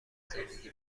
زندگی